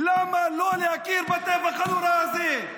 למה לא להכיר בטבח הנורא הזה?